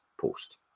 post